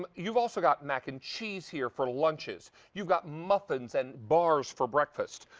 um you've also got mac and cheese here for lunches. you've got muffins and bars for breakfast.